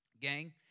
Gang